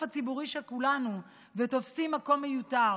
הציבורי של כולנו ותופסים מקום מיותר,